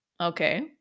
Okay